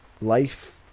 life